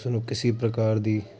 ਉਸ ਨੂੰ ਕਿਸੇ ਪ੍ਰਕਾਰ ਦੀ